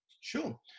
Sure